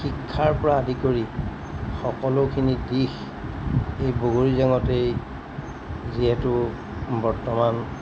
শিক্ষাৰ পৰা আদি কৰি সকলোখিনি দিশ এই বগৰীৰ জেঙতেই যিহেতু বৰ্তমান